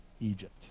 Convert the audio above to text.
Egypt